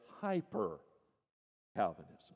hyper-Calvinism